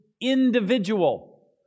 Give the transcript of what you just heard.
individual